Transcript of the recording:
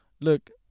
Look